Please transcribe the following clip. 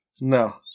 No